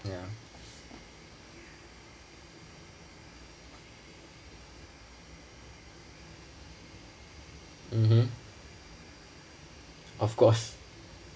ya mmhmm of course